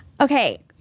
Okay